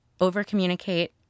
over-communicate